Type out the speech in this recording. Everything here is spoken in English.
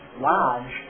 lodge